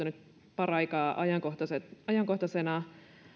nyt paraikaa ajankohtaisena ajankohtaisena